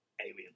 Alien